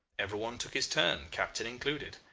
everyone took his turn, captain included.